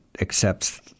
accepts